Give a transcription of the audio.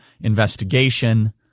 investigation